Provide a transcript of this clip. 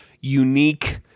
unique